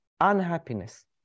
unhappiness